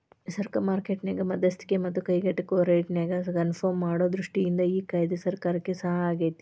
ಸರಕ ಮಾರ್ಕೆಟ್ ನ್ಯಾಗ ಮಧ್ಯಸ್ತಿಕಿ ಮತ್ತ ಕೈಗೆಟುಕುವ ರೇಟ್ನ್ಯಾಗ ಕನ್ಪರ್ಮ್ ಮಾಡೊ ದೃಷ್ಟಿಯಿಂದ ಈ ಕಾಯ್ದೆ ಸರ್ಕಾರಕ್ಕೆ ಸಹಾಯಾಗೇತಿ